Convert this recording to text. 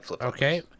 Okay